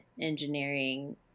engineering